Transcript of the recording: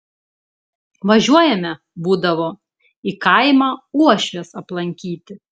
važiuojame būdavo į kaimą uošvės aplankyti